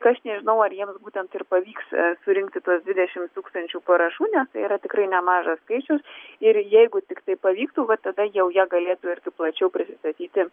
kas nežinau ar jiems būtent ir pavyks surinkti tuos dvidešimt tūkstančių parašų nes tai yra tikrai nemažas skaičius ir jeigu tiktai pavyktų va tada jau jie galėtų irgi plačiau prisistatyti